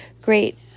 great